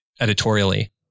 editorially